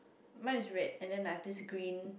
mine is red and then I have this green